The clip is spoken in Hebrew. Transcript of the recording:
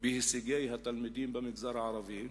לאחור בהישגי התלמידים במגזר הערבי.